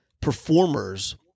performers